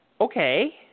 Okay